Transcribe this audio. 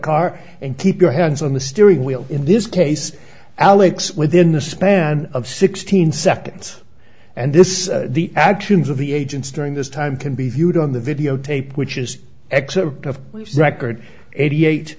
car and keep your hands on the steering wheel in this case alex within the span of sixteen seconds and this the actions of the agents during this time can be viewed on the video tape which is excerpt of which is record eighty eight